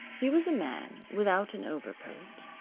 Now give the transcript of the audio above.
he was a man without an overcoat,